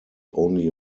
only